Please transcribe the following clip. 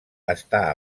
està